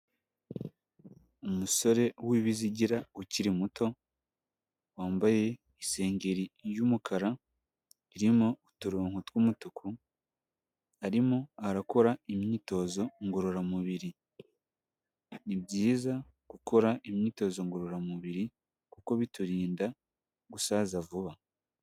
Umusore w'ibizigira ukiri muto, wambaye isengeri y'umukara, irimo uturongo tw'umutuku, arimo arakora imyitozo ngororamubiri, ni byiza gukora imyitozo ngororamubiri kuko biturinda gusaza vuba.